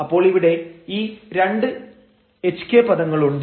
അപ്പോൾ ഇവിടെ ഈ 2 hk പദങ്ങളുണ്ട്